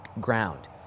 ground